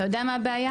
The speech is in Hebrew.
אתה יודע מה הבעיה?